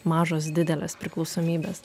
mažos didelės priklausomybės